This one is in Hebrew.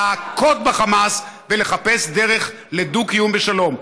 להכות בחמאס ולחפש דרך לדו-קיום בשלום,